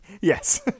Yes